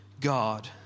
God